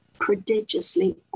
prodigiously